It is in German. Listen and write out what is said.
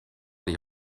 die